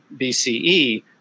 BCE